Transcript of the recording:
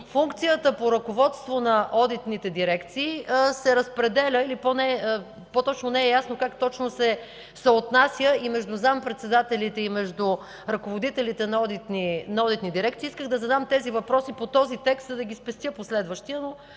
функцията по ръководство на одитните дирекции се разпределя, не е ясно как точно се съотнася между заместник-председателите и ръководителите на одитни дирекции. Исках да задам тези въпроси по този текст, за да ги спестя по следващия,